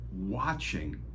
watching